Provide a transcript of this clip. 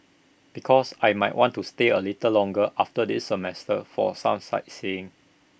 because I might want to stay A little longer after this semester for some sightseeing